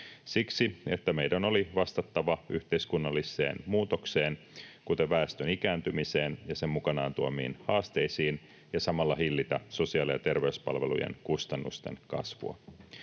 vaalikaudella: Meidän oli vastattava yhteiskunnalliseen muutokseen, kuten väestön ikääntymiseen ja sen mukanaan tuomiin haasteisiin, ja samalla hillittävä sosiaali- ja terveyspalvelujen kustannusten kasvua.